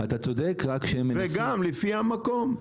וגם, לפי המקום.